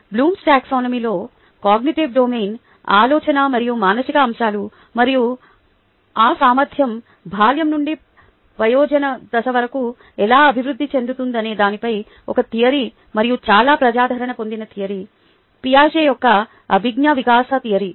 Bloom's టాక్సానమీలోBloom's Taxonomy cognitive domain ఆలోచన మరియు మానసిక అంశాలు మరియు ఆ సామర్థ్యం బాల్యం నుండి వయోజన దశ వరకు ఎలా అభివృద్ధి చెందుతుందనే దానిపై ఒక థియరీ మరియు చాలా ప్రజాదరణ పొందిన థియరీ పియాజెట్ యొక్క అభిజ్ఞా వికాస థియరీ